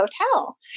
hotel